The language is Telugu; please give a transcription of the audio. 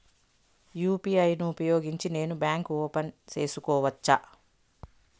యు.పి.ఐ ను ఉపయోగించి నేను బ్యాంకు ఓపెన్ సేసుకోవచ్చా?